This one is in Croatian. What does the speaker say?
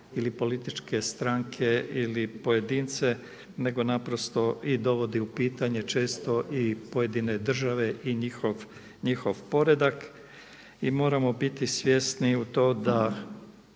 ili političke stranke, ili pojedince nego naprosto i dovodi u pitanje često i pojedine države i njihov poredak i moramo biti svjesni u to da